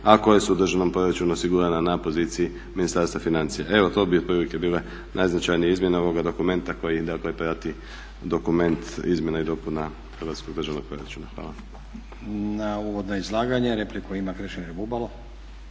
a koje su u državnom proračunu osigurana na poziciji Ministarstva financija. Evo to bi otprilike bile najznačajnije izmjene ovoga dokumenta koji dakle prati dokument izmjena i dopuna Hrvatskog državnog proračuna. Hvala. **Stazić, Nenad (SDP)** Na uvodno izlaganje repliku ima Krešimir Bubalo.